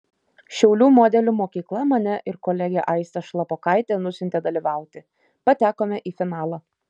šiaulių modelių mokykla mane ir kolegę aistę šlapokaitę nusiuntė dalyvauti patekome į finalą